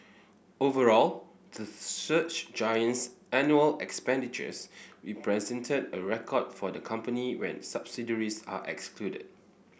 overall the search giant's annual expenditures represented a record for the company when subsidiaries are excluded